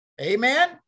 amen